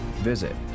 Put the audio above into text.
visit